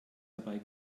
dabei